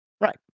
Right